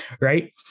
right